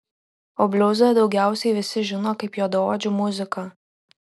o bliuzą daugiausiai visi žino kaip juodaodžių muziką